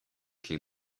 came